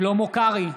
שלמה קרעי,